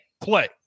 play